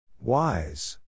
Wise